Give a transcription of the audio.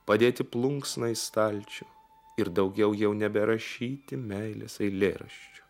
padėti plunksną į stalčių ir daugiau jau neberašyti meilės eilėraščių